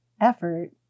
effort